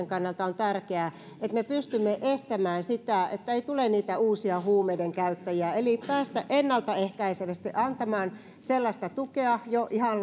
kannalta on tärkeää että me pystymme estämään sitä että ei tule niitä uusia huumeidenkäyttäjiä eli pitää päästä ennalta ehkäisevästi antamaan sellaista tukea jo ihan